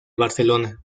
barcelona